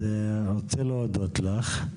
אני רוצה להודות לך.